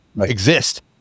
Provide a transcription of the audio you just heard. exist